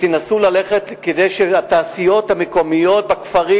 ותנסו ללכת כדי שהתעשיות המקומיות בכפרים